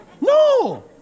No